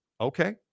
Okay